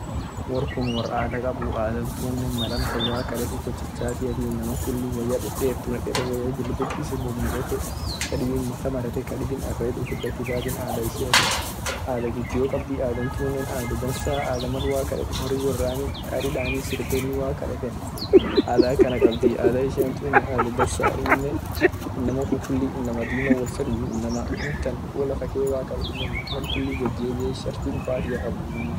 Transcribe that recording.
Wor kunne adha kabu mal akan waq kadhaa wot chachati inama kulli woya dedertu nekete woya jilbir is mur nekee kadibi ared ufit lakisati adha ishiati adha gudioa kabdi adhan tunne adha dansa adha mal waq kadeten hori gorani tari dani sirbeni waq kadeteni adha akana kabdi adha tunne adha dansa inama dima wol feduu inama amtan wo lafakee waq kadet inakulli sharti dufatia kabuu.